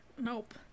Nope